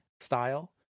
style